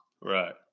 Right